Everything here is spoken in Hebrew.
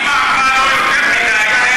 אימא אמרה לא יותר מדי.